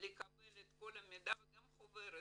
לקבל את כל המידע וגם חוברת.